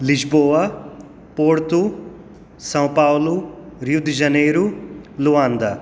Lisboa Portugal Sao Paulo Rio de Janeiro लोआंदा